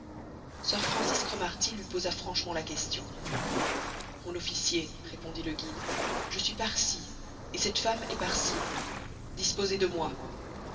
sir francis cromarty lui posa franchement la question mon officier répondit le guide je suis parsi et cette femme est parsie disposez de moi